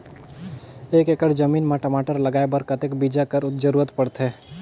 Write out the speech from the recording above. एक एकड़ जमीन म टमाटर लगाय बर कतेक बीजा कर जरूरत पड़थे?